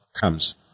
comes